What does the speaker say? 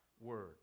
word